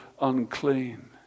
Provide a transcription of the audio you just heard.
unclean